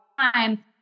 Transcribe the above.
time